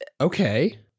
Okay